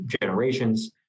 generations